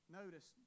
notice